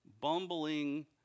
bumbling